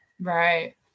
Right